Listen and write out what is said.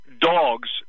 dogs